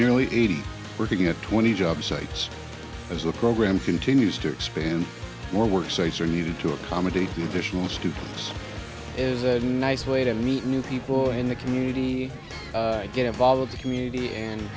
nearly eighty working at twenty job sites as the program continues to expand more work sites are needed to accommodate the additional students is a nice way to meet new people in the community get involved in community and